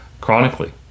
chronically